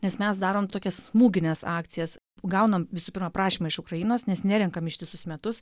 nes mes darom tokias smūgines akcijas gaunam visų pirmą prašymą iš ukrainos nes nerenkam ištiesus metus